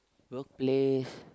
workplace